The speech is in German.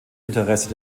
interesse